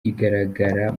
igaragara